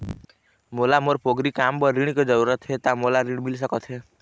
मोला मोर पोगरी काम बर ऋण के जरूरत हे ता मोला ऋण मिल सकत हे?